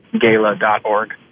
gala.org